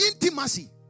intimacy